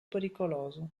pericoloso